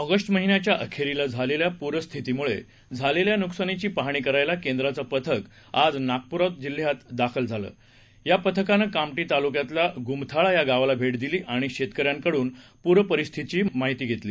ऑगस्टमहिन्याच्याअखेरीलाझालेल्यापूरस्थितीमुळेझालेल्यानुकसानीचीपाहणीकरायलाकेंद्राचपथकआजनागपुरजिल्ह्यातदाख यापथकानंकामठीतालुक्यातल्यागुमथाळायागावालाभेटदिलीआणिशेतकऱ्यांकडूनपूरपरिस्थितीचीमाहितीघेतली